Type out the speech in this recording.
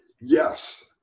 Yes